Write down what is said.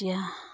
এতিয়া